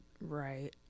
right